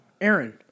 Aaron